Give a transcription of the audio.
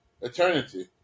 Eternity